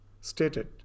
stated